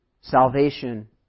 salvation